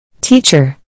Teacher